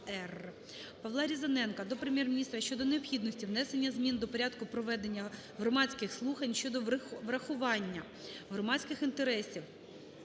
ПавлаРізаненка до Прем'єр-міністра щодо необхідності внесення змін до "Порядку проведення громадських слухань щодо врахування громадських інтересів